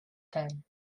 then